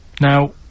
Now